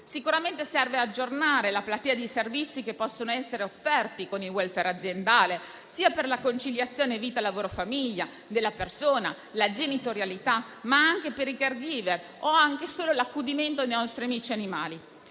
Sicuramente serve aggiornare la platea di servizi che possono essere offerti con il *welfare* aziendale sia per la conciliazione vita-lavoro-famiglia della persona, per la genitorialità, ma anche per i *caregiver* o anche solo per l'accudimento dei nostri amici animali.